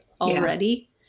already